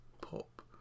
pop